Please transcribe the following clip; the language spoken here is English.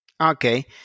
Okay